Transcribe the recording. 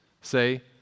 say